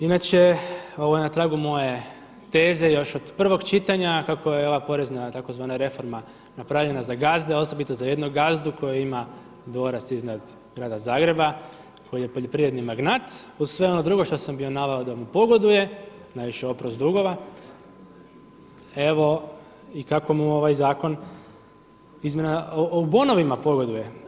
Inače ovo je na tragu moje teze još od prvog čitanja kako je ova porezna tzv. reforma napravljena za gazde osobito za jednog gazdu koji ima dvorac iznad grada Zagreba, koji je poljoprivredni magnat, uz sve ono drugo što sam bio naveo da mu pogoduje, najviše oprost dugova, evo kako mu ovaj zakon izmjena o bonovima pogoduje.